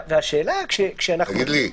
תגיד לי,